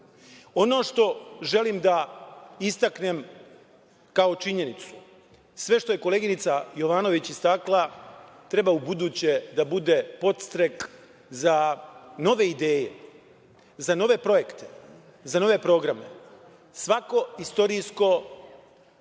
što želim da istaknem kao činjenicu, sve što je koleginica Jovanović istakla treba ubuduće da bude podstrek za nove ideje, za nove projekte, za nove programe. Svaka istorijska epoha